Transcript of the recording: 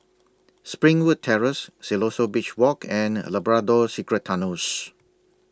Springwood Terrace Siloso Beach Walk and A Labrador Secret Tunnels